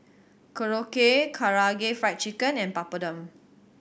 Korokke Karaage Fried Chicken and Papadum